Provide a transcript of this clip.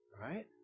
Right